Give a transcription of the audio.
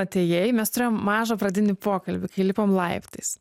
atėjai mes turėjom mažą pradinį pokalbį kai lipom laiptais